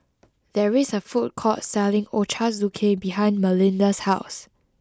there is a food court selling Ochazuke behind Malinda's house